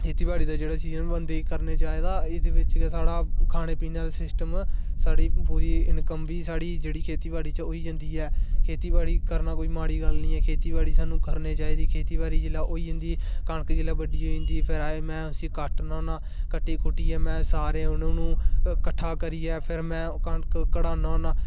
खेती बाड़ी जेहड़ी दा जेहड़ा कम्म बंदे गी करना चाहिदा एहदे बिच गा साढ़ा खाना पीने दा सिस्टम साढ़ी पूरी इनॅकम बी साढ़ी जेहड़ी खेती बाड़ी होई जंदी ऐ खेतीबाड़ी करना कोई माॅड़ी गल्ल नेईं ऐ खेती बाड़ी सानू करना चाहिदी खेती बाड़ी जिसलै होई जंदी कनक जिसलै बड्डी होई जंदी फिर में उसी कट्टना होन्नां कट्टी कुटेटियै में सारी कट्ठी करियै कनक कड्नाढना होन्नां